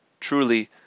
Truly